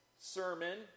sermon